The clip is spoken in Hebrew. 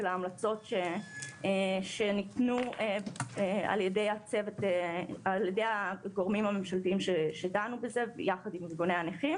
ההמלצות שניתנו על ידי הגורמים הממשלתיים שדנו בזה יחד עם ארגוני הנכים